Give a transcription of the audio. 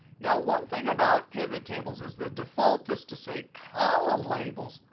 now, one thing about pivottables is the default is to say column labels,